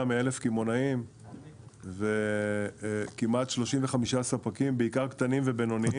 מ-1,000 קמעונאים וכמעט 35 ספקים קטנים ובינוניים.